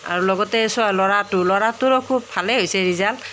আৰু লগতে ল'ৰাটো ল'ৰাটোৰো খুব ভালেই হৈছে ৰিজাল্ট